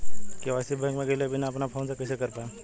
KYC bank मे गएले बिना अपना फोन से कइसे कर पाएम?